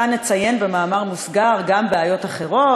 כאן נציין במאמר מוסגר גם בעיות אחרות,